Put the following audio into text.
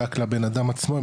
רק לבנאדם עצמו,